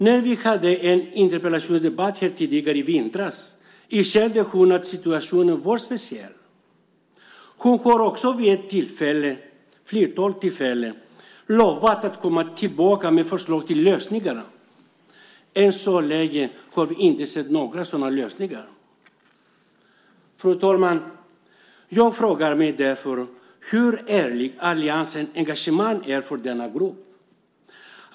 När vi hade en interpellationsdebatt här tidigare i vintras erkände hon att situationen var speciell. Hon har också vid ett flertal tillfällen lovat att komma tillbaka med förslag till lösningar. Än så länge har vi inte sett några sådana lösningar. Fru talman! Jag frågar mig därför hur ärligt alliansens engagemang är för denna grupp.